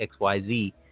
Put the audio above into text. XYZ